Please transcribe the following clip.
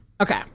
Okay